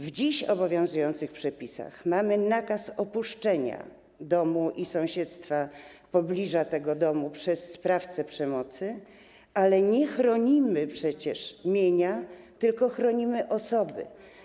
W dziś obowiązujących przepisach mamy nakaz opuszczenia domu i sąsiedztwa, pobliża domu przez sprawcę przemocy, ale nie chronimy przecież mienia, tylko chronimy osoby.